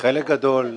חלק גדול,